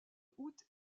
août